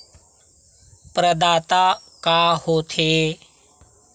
प्रदाता का हो थे?